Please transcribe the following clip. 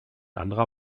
anderer